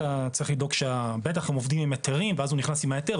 אתה צריך לדאוג שבטח הם עובדים עם היתרים,